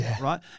right